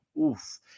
oof